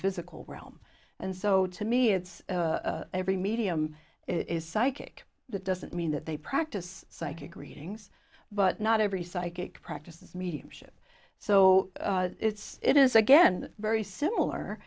physical realm and so to me it's every medium is psychic that doesn't mean that they practice psychic readings but not every psychic practices mediumship so it is again very similar